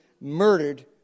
murdered